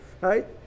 right